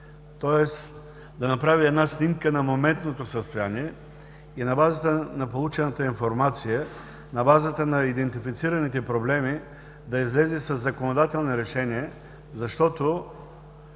тоест да направи една снимка на моментното състояние и на базата на получената информация, на базата на идентифицираните проблеми да излезе със законодателно решение, защото